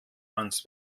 ans